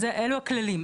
אלה הכללים.